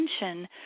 attention